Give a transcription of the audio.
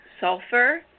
sulfur